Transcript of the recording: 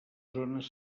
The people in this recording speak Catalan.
zones